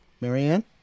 Marianne